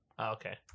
okay